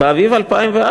באביב 2004,